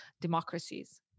democracies